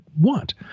want